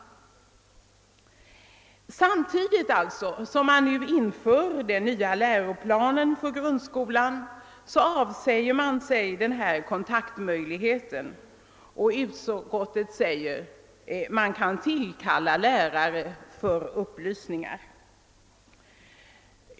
Samtidigt som man nu inför den nya läroplanen för grundskolan avsäger man sig denna kontaktmöjlighet. Utskottet säger: Man kan tillkalla lärare för upplysningar.